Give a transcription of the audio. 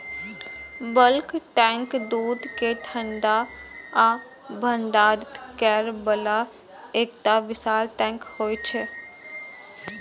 bulk tank दूध कें ठंडा आ भंडारित करै बला एकटा विशाल टैंक होइ छै